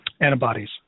antibodies